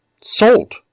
Salt